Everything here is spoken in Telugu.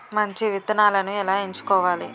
మంచి విత్తనాలను ఎలా ఎంచుకోవాలి?